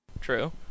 True